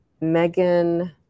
Megan